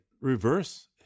reverse